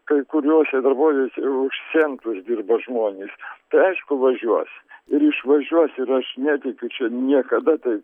kai kuriose darbovietė už centus dirba žmonės tai aišku važiuos ir išvažiuos ir aš netikiu čia niekada tai